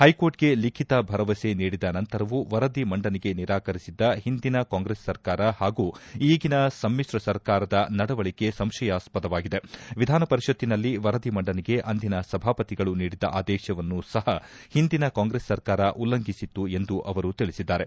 ಹೈಕೋರ್ಟ್ಗೆ ಲಿಖಿತ ಭರವಸೆ ನೀಡಿದ ನಂತರವೂ ವರದಿ ಮಂಡನೆಗೆ ನಿರಾಕರಿಸಿದ್ದ ಹಿಂದಿನ ಕಾಂಗ್ರೆಸ್ ಸರ್ಕಾರ ಪಾಗೂ ಈಗಿನ ಸಮಿಶ್ರ ಸರ್ಕಾರದ ನಡವಳಿಕೆ ಸಂಶಯಾಸ್ಪದವಾಗಿದೆ ವಿಧಾನಪರಿಷತ್ತಿನಲ್ಲಿ ವರದಿ ಮಂಡನೆಗೆ ಅಂದಿನ ಸಭಾಪತಿಗಳು ನೀಡಿದ್ದ ಆದೇಶವನ್ನು ಸಪ ಹಿಂದಿನ ಕಾಂಗ್ರೆಸ್ ಸರ್ಕಾರ ಉಲ್ಲಂಘಿಸಿತ್ತು ಎಂದು ಅವರು ತಿಳಿಸಿದ್ದಾರೆ